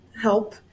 help